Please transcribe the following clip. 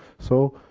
so,